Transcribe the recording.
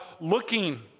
looking